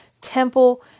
temple